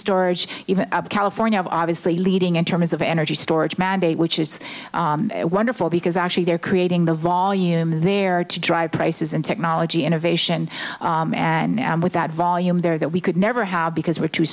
storage even california obviously leading in terms of energy storage mandate which is wonderful because actually they're creating the volume there to drive prices and technology innovation and now with that volume there that we could never have because we're too